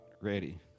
ready